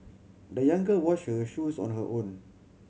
the young girl washed her shoes on her own